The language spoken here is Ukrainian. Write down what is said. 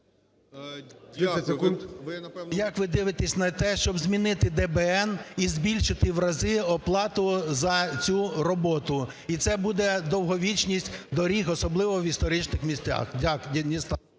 Як ви дивитесь на те, щоб змінити ДБН і збільшити в рази оплату за цю роботу? І це буде довговічність доріг, особливо в історичних містах. Дякую.